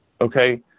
Okay